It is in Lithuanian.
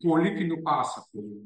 politiniu pasakojimu